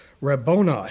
Rabboni